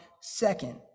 Second